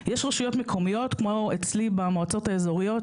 יש רשויות מקומיות כמו אצלי במועצות האזוריות,